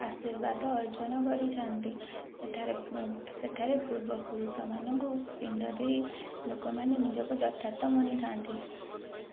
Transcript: ଆଶୀର୍ବାଦ ଅର୍ଜନ କରିଛନ୍ତି ସେଠାରେ ସେଠାରେ ପୂର୍ବପୁରୁଷ ମାନଙ୍କୁ ପିଣ୍ଡ ଦେଇ ଲୋକମାନେ ନିଜକୁ ଯଥାର୍ଥ ମଣିଥାନ୍ତି